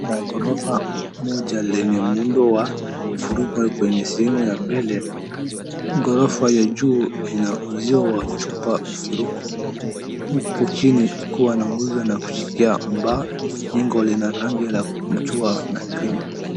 Kuna ghorofa moja lenye muundo wa mviringo kwenye sehemu ya mbele, ghorofa ya juu ina uzio wa chupa mviringo, huku chini kuwa na nguzo na kushikia paa, jengo lina rangi ya mchwa na cream .